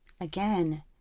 Again